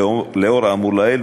לאור האמור לעיל,